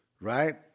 Right